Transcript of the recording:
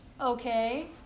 Okay